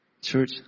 Church